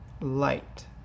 light